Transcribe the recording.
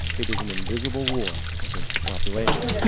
it is an invisible war against the population.